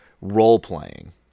role-playing